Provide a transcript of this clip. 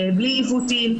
בלי עיוותים,